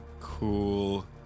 Cool